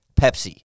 Pepsi